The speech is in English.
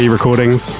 Recordings